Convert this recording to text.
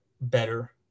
better